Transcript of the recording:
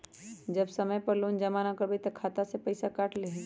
जब समय पर लोन जमा न करवई तब खाता में से पईसा काट लेहई?